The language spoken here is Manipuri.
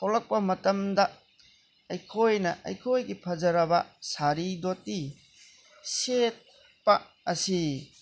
ꯊꯣꯛꯂꯛꯄ ꯃꯇꯝꯗ ꯑꯩꯈꯣꯏꯅ ꯑꯩꯈꯣꯏꯒꯤ ꯐꯖꯔꯕ ꯁꯥꯔꯤ ꯗꯣꯇꯤ ꯁꯦꯠꯄ ꯑꯁꯤ